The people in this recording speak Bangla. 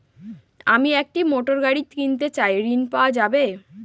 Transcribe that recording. আমি একটি মোটরগাড়ি কিনতে চাই ঝণ পাওয়া যাবে?